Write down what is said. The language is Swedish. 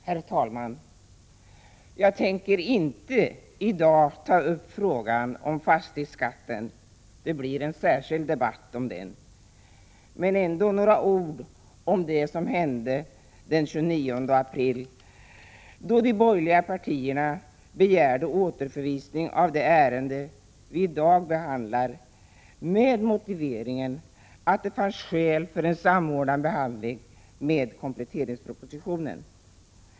Herr talman! Jag tänker i dag inte ta upp frågan om fastighetsskatten. Det blir en särskild debatt om den. Men jag vill ändå säga några ord om det som hände den 29 april då de borgerliga partierna begärde återförvisning av det ärende som vi i dag behandlar med motiveringen att det fanns skäl att samordna behandlingen av detta ärende med kompletteringspropositionen.